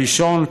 הראשון,